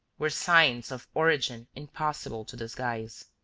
were signs of origin impossible to disguise.